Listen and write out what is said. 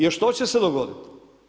Jer što će se dogoditi?